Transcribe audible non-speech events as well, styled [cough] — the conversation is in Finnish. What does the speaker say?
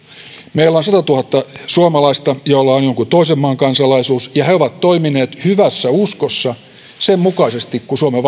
meillä on satatuhatta suomalaista joilla on jonkun toisen maan kansalaisuus ja he ovat toimineet hyvässä uskossa sen mukaisesti kuin suomen [unintelligible]